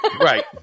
Right